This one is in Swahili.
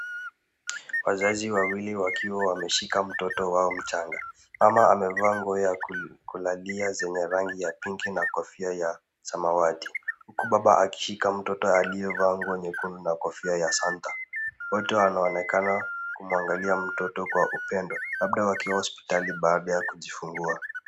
Wazazi wawili wakiwa wameshika mtoto wao mchanga. Mama amevaa nguo ya kulalia zenye rangi ya pinki na kofia ya samawati. Huku baba akishika mtoto aliyevaa nguo nyekundu na kofia ya santa . Wote wanaonekana kumwangalia mtoto kwa upendo, labda wakiwa hospitali baada ya kujifungua.